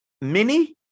Mini